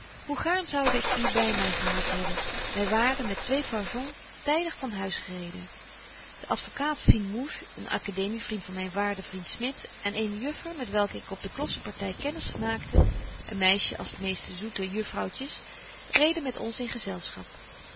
hoe gaarn zoude ik u by my gehad hebben wy waren met twee fargons tydig van huis gereden de advocaat fine mouche een academie vriend van myn waarden vriend smit en eene juffer met welke ik op de klossenparty kennis maakte een meisje als de meeste zoete juffrouwtjes reden met ons in gezelschap